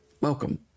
Welcome